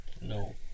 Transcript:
No